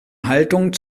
haltung